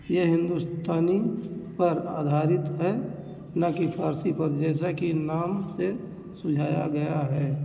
ये हिंदुस्तानी पर आधारित है न कि फारसी पर जैसा कि नाम से सुझाया गया है